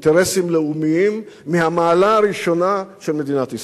אינטרסים לאומיים מהמעלה הראשונה של מדינת ישראל.